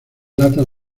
latas